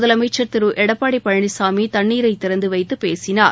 முதலமைச்சள் திரு எடப்பாடி பழனிசாமி தண்ணீரை திறந்து வைத்து பேசினார்